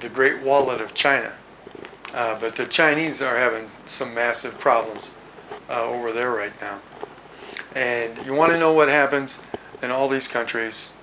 the great wall of china but the chinese are having some massive problems over there right now and you want to know what happens in all these countries